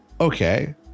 okay